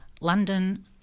London